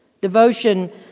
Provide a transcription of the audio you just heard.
devotion